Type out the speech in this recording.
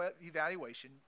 evaluation